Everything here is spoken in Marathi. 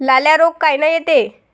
लाल्या रोग कायनं येते?